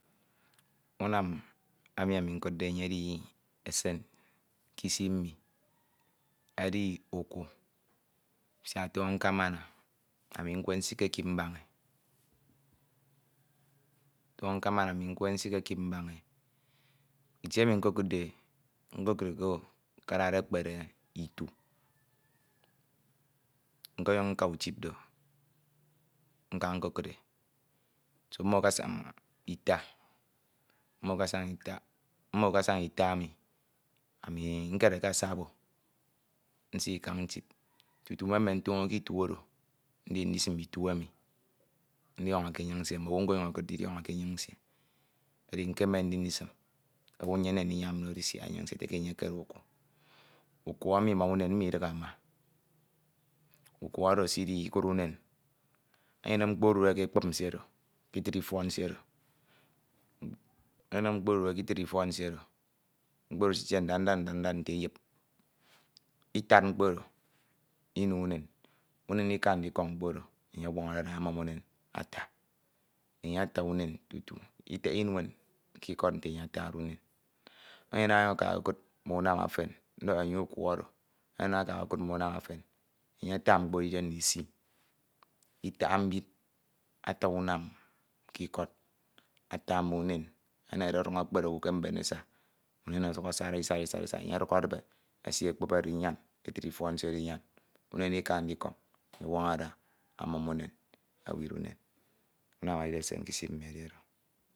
Unam emi ani nkudde enye edi esen kisi mmi edi ọku siak toño nkama ani nkwe nsikekip mbaña e toño nkamana nkwe e nsikekip mbaña e itie emi nkokudde e ko akade ekpere itie nkọnyuñ nka idip do nka nkokude e do mmo akasaña ita mmo akasaña ita mmo akasaña ita emi nkere ke asabo nsi ikañ ntip tutu memen toño ke itu oro ndisim itu emi ndiọñọke enyiñ nsie, mmowu ọnyañ okudde idiọñọke enyiñ nsie nko edi nkemen ndi ndisin owu nnyemde ndinyam uku emi ma unen mmo idighe ama uku oro esidi ikud unen enyene mkpo esidude ke ekpib nsie oro ke itit ifuo nsie oro ke itit ifuọ nsie oro mkpo oro esitie ndad ndad ndad ndad nte eyip etad mkpo oro unen ika ndikọñ mkpo oro enye ọnwọñode ada amum unen ata enye ata unen tutu itaha inuen k'ikọd nte enye atade unen enyene naña enye akade okokad mme unam efen ndọhọ enye uka oro enyene naña akade okokud unam efen enye ata mkpo edide ndisi itaha mbid ata unam k'ikọd ata mme umen enehede ọduñ ekpere owu ke mben esa mme unen ọsuk asari asari isari ika ko enye ọduk edibe esi ekpib oro inyan ke etiri ifuo nsie oro isi etin ifuo nsie oro inyan unen oro ika ndikọñ enye ọnwọñọde ada amum unen ewid unen, unam edibe esen k'isi mmi edi oro.